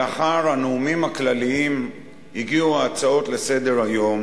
לאחר הנאומים הכלליים הגיעו ההצעות לסדר-היום